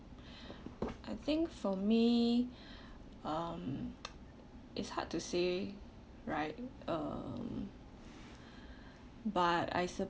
I think for me um it's hard to say right um but I